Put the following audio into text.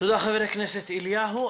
תודה, חבר הכנסת אליהו.